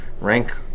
rank